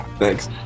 Thanks